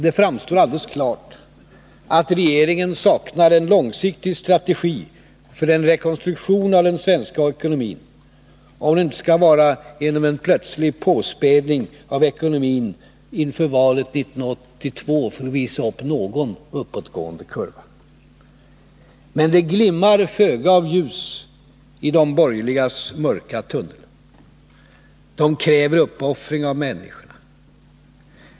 Det framstår alldeles klart att regeringen saknar en långsiktig strategi för en rekonstruktion av den svenska ekonomin, om det nu inte skall vara en plötslig påspädning av ekonomin för att visa upp någon uppåtgående kurva inför valet 1982. Men det glimmar föga av ljus i de borgerligas mörka tunnel. De kräver uppoffringar av människorna.